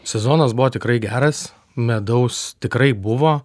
sezonas buvo tikrai geras medaus tikrai buvo